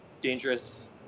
dangerous